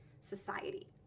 society